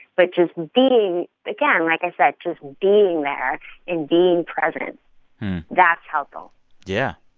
but just being again, like i said, just being there and being present that's helpful yeah,